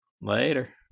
Later